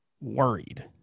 Worried